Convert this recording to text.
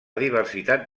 diversitat